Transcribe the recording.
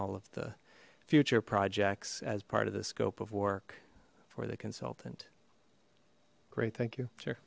all of the future projects as part of the scope of work for the consultant great thank you sure